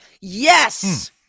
Yes